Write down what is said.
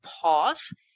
pause